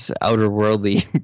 outer-worldly